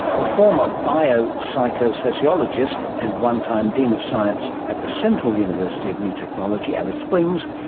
a former bio-psycho-sociologist and one-time dean of science at the central university of new technology, alice springs,